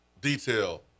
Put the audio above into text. detail